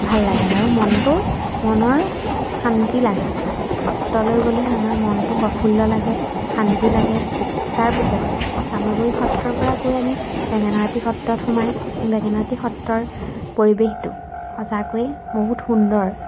ভাল লাগে আৰু মনটো মনৰ শান্তি লাগে সত্ৰলৈ গ'লে আমাৰ মনটো প্ৰফুল্ল লাগে শান্তি লাগে তাৰপিছতে চামগুৰি সত্ৰৰ পৰা গৈ আমি বেঙেনা আটী সত্ৰত সোমাই বেঙেনা আটী সত্ৰৰ পৰিৱেশটো সঁচাকৈয়ে বহুত সুন্দৰ